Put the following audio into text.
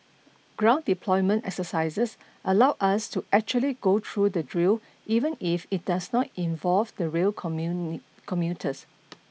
ground deployment exercises allow us to actually go through the drill even if it does not involve the rail commuters